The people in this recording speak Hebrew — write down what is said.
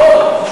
נכון?